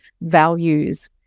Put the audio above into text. values